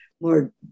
more